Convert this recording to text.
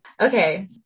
Okay